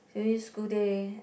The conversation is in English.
finish school day